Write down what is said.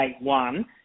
one